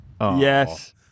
Yes